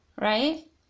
right